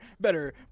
better